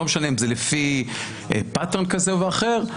לא משנה אם זה לפי איזו תבנית כזו או אחרת,